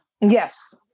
Yes